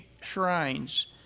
shrines